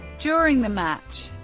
during the match,